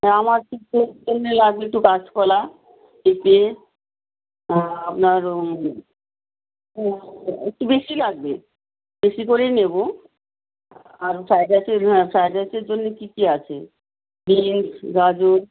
হ্যাঁ আমার সুক্তোর জন্যে লাগবে একটু কাঁচকলা পেঁপে আপনার একটু বেশি লাগবে বেশি করেই নেবো আর ফ্রাইড রাইসের হ্যাঁ ফ্রাইড রাইসের জন্যে কী কী আছে বিনস গাজর